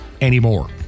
anymore